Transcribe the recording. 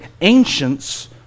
ancients